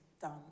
done